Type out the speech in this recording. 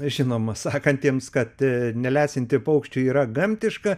žinoma sakantiems kad nelesinti paukščių yra gamtiška